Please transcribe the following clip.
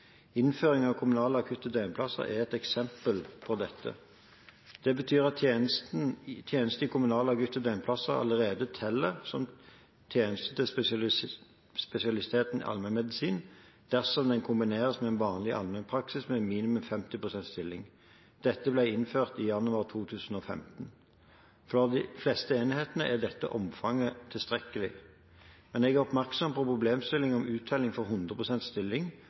Innføring av kommunale akutte døgnplasser er et eksempel på dette. Det betyr at tjeneste i kommunale akutte døgnplasser allerede teller som tjeneste til spesialiteten allmennmedisin, dersom den kombineres med vanlig allmennpraksis i minimum 50 pst. stilling. Dette ble innført i januar 2015. For de fleste enhetene er dette omfanget tilstrekkelig. Jeg er oppmerksom på problemstillingen om uttelling for 100 pst. stilling,